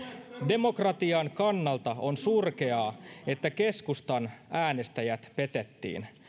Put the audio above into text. demokratian kannalta on surkeaa että keskustan äänestäjät petettiin